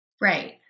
Right